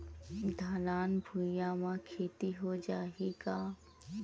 ढलान भुइयां म खेती हो जाही का?